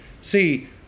See